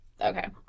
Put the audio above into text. okay